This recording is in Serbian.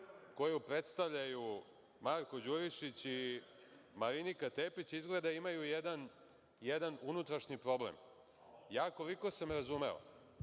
koju predstavljaju Marko Đurišić i Marinika Tepić izgleda imaju jedan unutrašnji problem. Ja, koliko sam razumeo